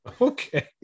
Okay